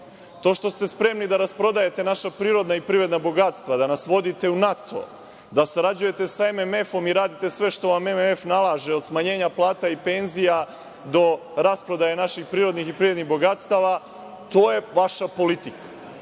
to što ste spremni da rasprodajete naša prirodna i privredna bogatstva, da nas vodite u NATO, da sarađujete sa MMF-om i radite sve što vam MMF nalaže, od smanjenja plata i penzija do rasprodaje naših prirodnih i privrednih bogatstava, to je vaša politika. Moja